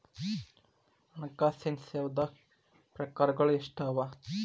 ಹಣ್ಕಾಸಿನ್ ಸೇವಾದಾಗ್ ಪ್ರಕಾರ್ಗಳು ಎಷ್ಟ್ ಅವ?